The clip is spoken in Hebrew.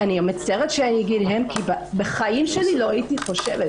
אני מצטערת כי בחיים שלי לא הייתי חושבת